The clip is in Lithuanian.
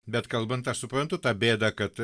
bet kalbant aš suprantu tą bėdą kad